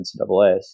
NCAAs